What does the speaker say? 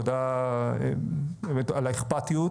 תודה על האכפתיות,